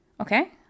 Okay